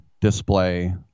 display